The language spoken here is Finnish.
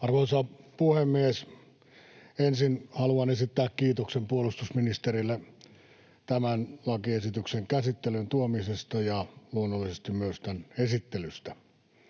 Arvoisa puhemies! Ensin haluan esittää kiitoksen puolustusministerille tämän lakiesityksen käsittelyyn tuomisesta ja luonnollisesti myös tämän esittelystä.